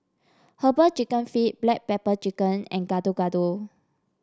herbal chicken feet Black Pepper Chicken and Gado Gado